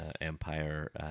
Empire